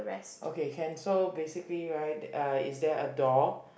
okay can so basically right uh is there a door